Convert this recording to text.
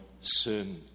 sin